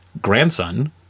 grandson